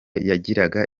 yagira